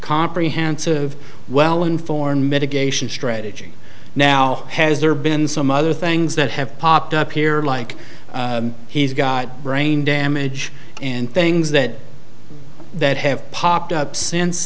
comprehensive well informed mitigation strategy now has there been some other things that have popped up here like he's got brain damage and things that that have popped up since